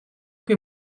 que